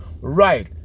right